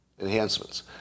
Enhancements